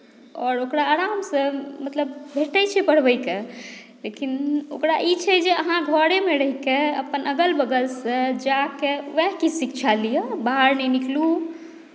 आओर ओकरा आरामसँ मतलब भेटैत छै पढ़बय के लेकिन ओकरा ई छै जे अहाँ घरेमे रहि कऽ अपन अगल बगलसँ जा कऽ उएह किछु शिक्षा लिअ बाहर नहि निकलू